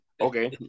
okay